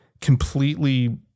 completely